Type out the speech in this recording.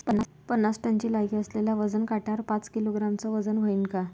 पन्नास टनची लायकी असलेल्या वजन काट्यावर पाच किलोग्रॅमचं वजन व्हईन का?